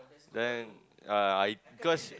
then uh I cause